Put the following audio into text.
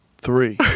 three